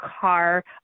car